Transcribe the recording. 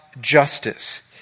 justice